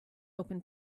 open